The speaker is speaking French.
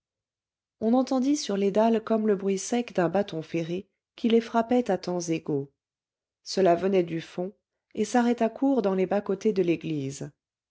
on entendit sur les dalles comme le bruit sec d'un bâton ferré qui les frappait à temps égaux cela venait du fond et s'arrêta court dans les bas-côtés de l'église